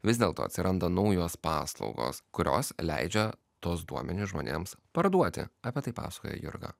vis dėlto atsiranda naujos paslaugos kurios leidžia tuos duomenis žmonėms parduoti apie tai pasakoja jurga